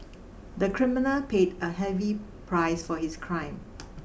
the criminal paid a heavy price for his crime